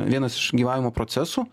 vienas iš gyvavimo procesų